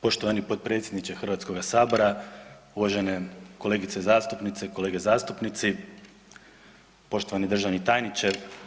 Poštovani potpredsjedniče Hrvatskoga sabora, uvažene kolegice zastupnice i kolege zastupnici, poštovani državni tajniče.